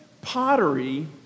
pottery